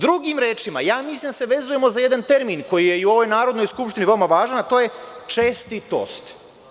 Drugim rečima, mislim da se vezujemo za jedan termin koji je i u ovoj Narodnoj skupštini veoma važan, a to je čestitost.